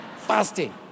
fasting